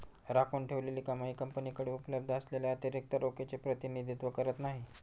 राखून ठेवलेली कमाई कंपनीकडे उपलब्ध असलेल्या अतिरिक्त रोखीचे प्रतिनिधित्व करत नाही